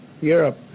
Europe